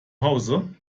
hause